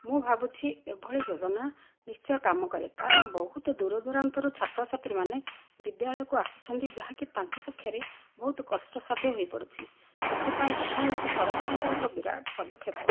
ମୁଁ ଭାବୁଛି ଏଭଳି ଯୋଜନା ନିଶ୍ଚିୟ କାମ କରେ କାରଣ ବହୁତ ଦୂର ଦୁରାନ୍ତରୁ ଛାତ୍ର ଛାତ୍ରୀମାନେ ବିଦ୍ୟାଳୟକୁ ଆସୁଛନ୍ତି ଯାହାକି ତାଙ୍କ ପକ୍ଷରେ ବହୁତ କଷ୍ଟସାଧ୍ୟ ହୋଇପଡ଼ୁଛି ସେଥିପାଇଁ ଏହା ହେଉଛି ସରକାରଙ୍କର ଏକ ବିରାଟ ପଦକ୍ଷେପ